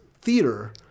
theater